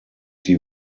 die